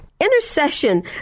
Intercession